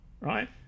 Right